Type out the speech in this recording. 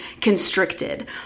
constricted